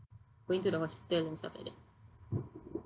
going to the hospital and stuff like that